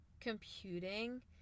computing